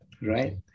right